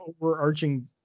overarching